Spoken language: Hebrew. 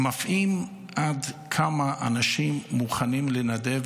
מפעים עד כמה אנשים מוכנים לנדב,